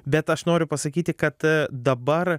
bet aš noriu pasakyti kad dabar